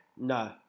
No